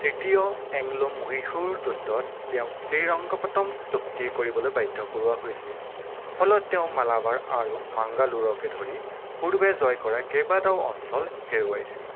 তৃতীয় এংল' মহীশূৰ যুদ্ধত তেওঁক শ্ৰীৰংগপটম চুক্তি কৰিবলৈ বাধ্য কৰোৱা হৈছিল ফলত তেওঁ মালাবাৰ আৰু মাংগালোৰকে ধৰি পূৰ্বে জয় কৰা কেইবাটাও অঞ্চল হেৰুৱাইছিল